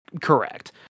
Correct